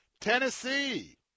Tennessee